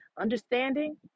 understanding